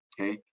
okay